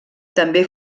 també